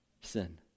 sin